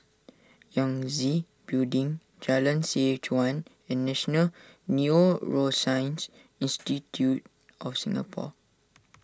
Yangtze Building Jalan Seh Chuan and National Neuroscience Institute of Singapore